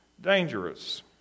dangerous